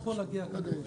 להגיע כנראה.